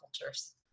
cultures